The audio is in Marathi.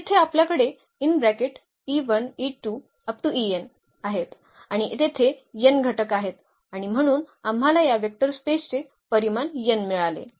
तर येथे आपल्याकडे आहेत आणि तेथे n घटक आहेत आणि म्हणून आम्हाला या वेक्टर स्पेसचे हे परिमाण n मिळाले